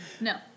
No